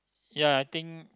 ya I think